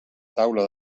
taula